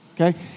Okay